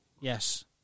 Yes